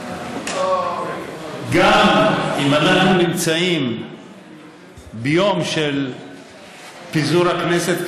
גם אם אנחנו נמצאים ביום של פיזור הכנסת,